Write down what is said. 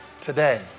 today